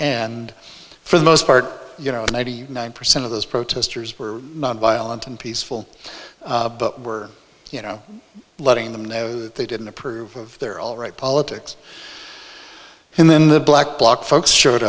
and for the most part you know ninety nine percent of those protesters were nonviolent and peaceful but were you know letting them know that they didn't approve of their all right politics in the black bloc folks showed